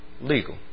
legal